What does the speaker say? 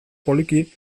poliki